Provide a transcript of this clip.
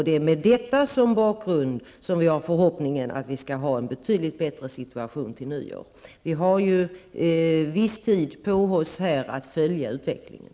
Det är med detta som bakgrund som vi har förhoppningar om att ha en betydligt bättre situation till nyår. Vi har ju en viss tid på oss att följa utvecklingen.